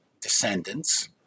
descendants